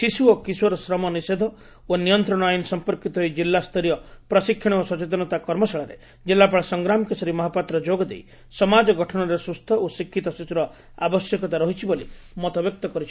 ଶିଶୁ ଓ କିଶୋର ଶ୍ରମ ନିଷେଧ ଓ ନିୟନ୍ତଣ ଆଇନ ସଂପର୍କିତ ଏହି କିଲ୍ଲାସ୍ତରୀୟ ପ୍ରଶିକ୍ଷଣ ଓ ସଚେତନତା କର୍ମଶାଳାରେ ଜିଲ୍ଲାପାଳ ସଂଗ୍ରାମ କେଶରୀ ମହାପାତ୍ର ଯୋଗଦେଇ ସମାଜ ଗଠନରେ ସୁସ୍ଥ ଓ ଶିକ୍ଷିତ ଶିଶ୍ୱର ଆବଶ୍ୟକତା ରହିଛି ବୋଲି ମତବ୍ୟକ୍ତ କରିଥିଲେ